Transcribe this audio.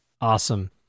Awesome